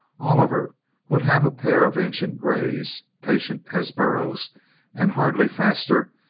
oliver would have a pair of ancient greys, patient as burros and hardly faster,